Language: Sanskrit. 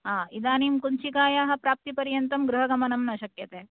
इदानीं कु़ञ्चिकायाः प्राप्ति पर्यन्तं गृहगमनं न शक्यते